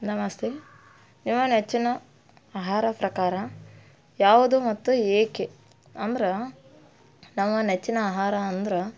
ನಮಸ್ತೆ ನಿಮ್ಮ ನೆಚ್ಚಿನ ಆಹಾರ ಪ್ರಕಾರ ಯಾವುದು ಮತ್ತು ಏಕೆ ಅಂದ್ರೆ ನಮ್ಮ ನೆಚ್ಚಿನ ಆಹಾರ ಅಂದ್ರೆ